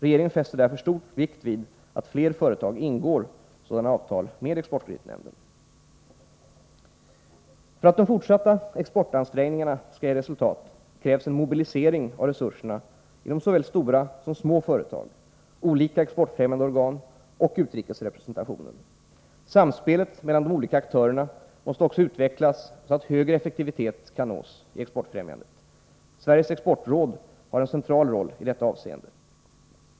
Regeringen fäster därför stor vikt vid att fler företag ingår sådana avtal med exportkreditnämnden. För att de fortsatta exportansträngningarna skall ge resultat krävs en mobilisering av resurserna inom såväl stora som små företag, olika exportfrämjande organ och utrikesrepresentationen. Samspelet mellan de olika aktörerna måste också utvecklas, så att högre effektivitet kan nås i exportfrämjandet. Sveriges exportråd har en central roll i detta avseende.